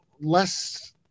less